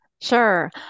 Sure